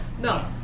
No